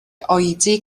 oedi